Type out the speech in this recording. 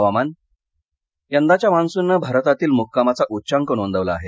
हवामान यंदाच्या मान्सूननं भारतातील मुक्कामाचा उच्चांक नोंदवला आहे